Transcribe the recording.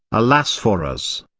alas for us!